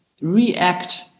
react